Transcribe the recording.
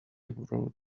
wrote